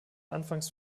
anfangs